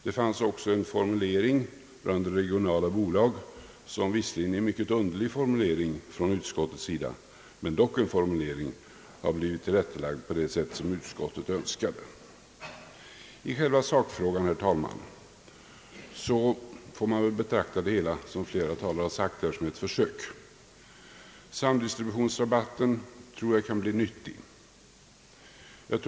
Det fanns också en formulering rörande regionala bolag, också tillrättalagd från utskottet visserligen genom en mycket underlig formulering men dock en formulering. I själva sakfrågan vill jag, herr talman, anföra att man får betrakta det hela — som flera talare har sagt — som ett försök. Samdistributionsrabatten kan bli nyttig.